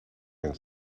and